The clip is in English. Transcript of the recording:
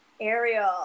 Ariel